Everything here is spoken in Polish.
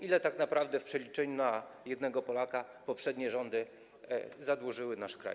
Ile tak naprawdę w przeliczeniu na jednego Polaka poprzednie rządy zadłużyły nasz kraj?